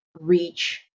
reach